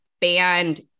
banned